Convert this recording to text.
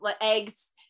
eggs